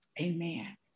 Amen